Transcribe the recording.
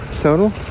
Total